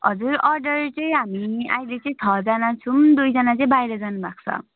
हजुर अर्डर चाहिँ हामी अहिले चाहिँ छजना छौँ दुईजना चाहिँ बाहिर जानु भएको